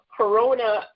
corona